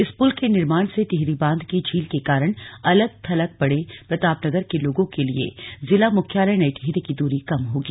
इस पुल के निर्माण से टिहरी बांध की झील के कारण अलग थलग पड़े प्रतापनगर के लोगों के लिए जिला मुख्यालय नई टिहरी की दूरी कम होगी